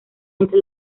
entre